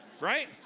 right